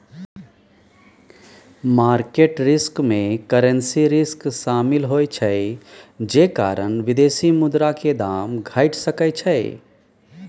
market risk में currency risk शामिल होइ छइ जे कारण विदेशी मुद्रा के दाम घइट सकइ छइ